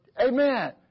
Amen